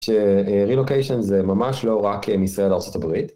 ש-relocation זה ממש לא רק מישראל לארה״ב